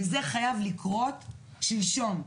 וזה חייב לקרות שלשום,